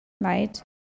right